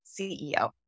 CEO